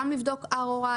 גם לבדוק ROI,